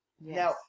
Now